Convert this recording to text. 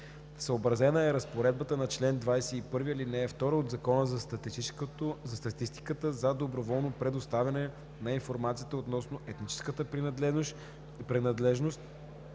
Съобразена е разпоредбата на чл. 21, ал. 2 от Закона за статистиката за доброволно предоставяне на информацията относно етническата принадлежност,